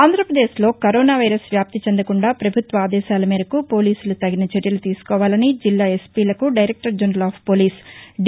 ఆంధ్రప్రదేశ్లో corona virus వ్యాప్తి చెందకుండా పభుత్వ ఆదేశాల మేరకు పోలీసులు తగిన చర్యలు తీసుకోవాలని జిల్లా ఎస్పీలకు director general of police D